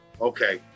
okay